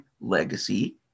legacy